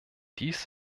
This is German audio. dies